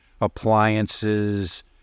appliances